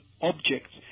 objects